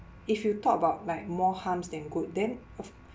if you talk about like more harms than good then o~